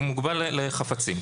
הוא מוגבל לחפצים.